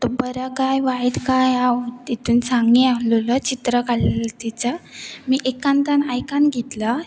तो बरो काय वायट काय हांव तितून सांगी आसलोलो चित्र काले तिच मी एकांतांन आयकान घेतलाय